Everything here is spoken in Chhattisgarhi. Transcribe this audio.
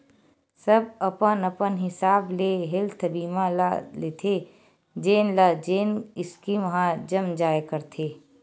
सब अपन अपन हिसाब ले हेल्थ बीमा ल लेथे जेन ल जेन स्कीम ह जम जाय करथे